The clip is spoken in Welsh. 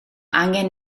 angen